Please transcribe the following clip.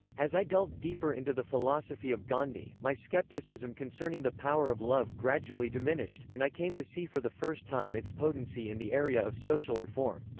as i delved deeper into the philosophy of gandhi, my skepticism concerning the power of love gradually diminished, and i came to see for the first time its potency in the area of social reform.